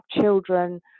children